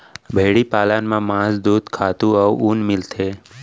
भेड़ी पालन म मांस, दूद, खातू अउ ऊन मिलथे